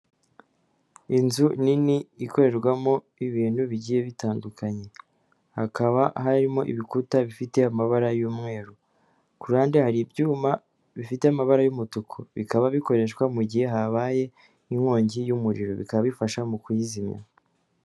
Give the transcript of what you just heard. Inzu nini ikorerwamo ibintu bigiye bitandukanye, hakaba harimo ibikuta bifite amabara y'umweru, ku ruhande hari ibyuma bifite amabara y'umutuku, bikaba bikoreshwa mu gihe habaye inkongi y'umuriro bikaba bifasha mu kuyizimya.